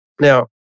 Now